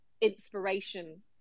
inspiration